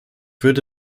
würde